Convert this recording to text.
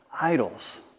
idols